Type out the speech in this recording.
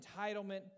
entitlement